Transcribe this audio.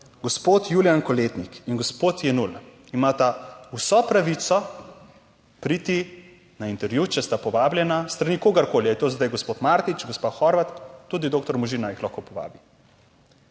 gospod Julijan Koletnik in gospod Jenull imata vso pravico priti na intervju, če sta povabljena, s strani kogarkoli ali je to zdaj gospod Martič, gospa Horvat tudi doktor Možina jih lahko povabi,